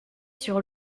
sur